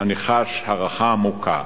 אני חש הערכה עמוקה